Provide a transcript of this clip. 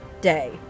day